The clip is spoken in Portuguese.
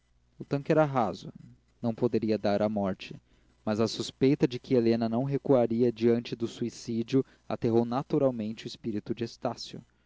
o tanque era raso não poderia dar a morte mas a suspeita de que helena não recuaria diante do suicídio aterrou naturalmente o espírito de estácio